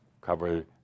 Cover